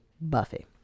Buffy